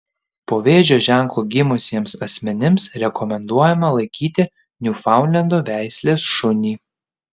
po vėžio ženklu gimusiems asmenims rekomenduojama laikyti niufaundlendo veislės šunį